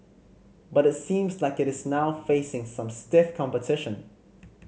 but it seems like it is now facing some stiff competition